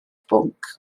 bwnc